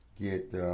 get